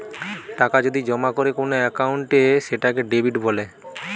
টাকা যদি জমা করে কোন একাউন্টে সেটাকে ডেবিট বলে